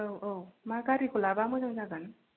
औ औ मा गारिखौ लाबा मोजां जागोन